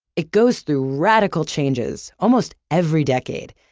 it goes through radical changes. almost every decade.